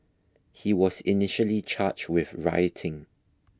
he was initially charged with rioting